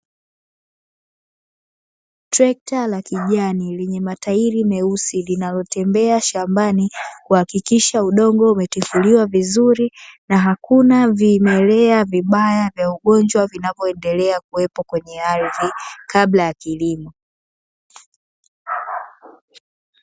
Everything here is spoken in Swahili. Trekta la kijani lenye matairi meusi inalotembea shambani kuhakikisha udongo umetifuliwa vizuri na hakuna vimelea vibaya vya ugonjwa vinavyoendelea kuwepo kwenye ardhi kabla ya kilimo.